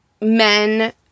men